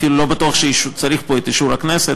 אפילו לא בטוח שצריך פה את אישור הכנסת,